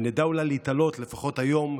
ונדע אולי להתעלות, לפחות היום.